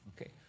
Okay